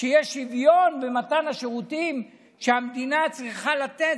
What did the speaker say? שיהיה שוויון במתן השירותים שהמדינה צריכה לתת,